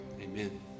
amen